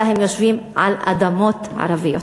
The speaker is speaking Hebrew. אלא הם יושבים על אדמות ערביות.